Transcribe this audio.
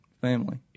family